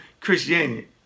Christianity